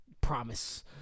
Promise